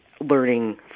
learning